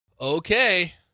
Okay